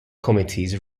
committees